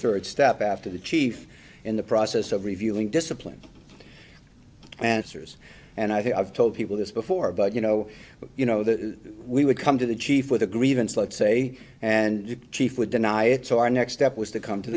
third step after the chief in the process of reviewing discipline answers and i think i've told people this before but you know you know that we would come to the chief with a grievance let's say and the chief would deny it so our next step was to come to